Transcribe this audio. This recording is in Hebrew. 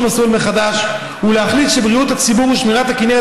מסלול מחדש ולהחליט שבריאות הציבור ושמירת הכינרת